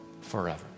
forever